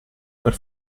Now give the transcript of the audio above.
per